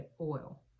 oil